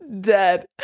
dead